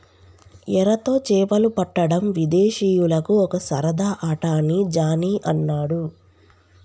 ఎరతో చేపలు పట్టడం విదేశీయులకు ఒక సరదా ఆట అని జానీ అన్నాడు